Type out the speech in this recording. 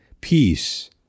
peace